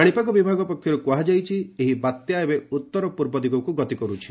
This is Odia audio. ପାଣିପାଗ ବିଭାଗ ପକ୍ଷରୁ କୁହାଯାଇଛି ଏହି ବାତ୍ୟା ଏବେ ଉତ୍ତର ପୂର୍ବ ଦିଗକୁ ଗତି କରୁଛି